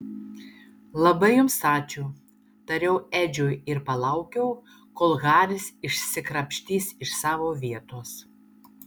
labai jums ačiū tariau edžiui ir palaukiau kol haris išsikrapštys iš savo vietos